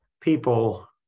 people